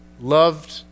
loved